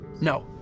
No